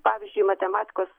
pavyzdžiui matematikos